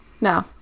No